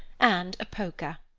and a poker.